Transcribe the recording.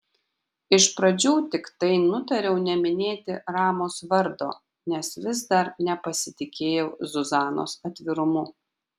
iš pradžių tiktai nutariau neminėti ramos vardo nes vis dar nepasitikėjau zuzanos atvirumu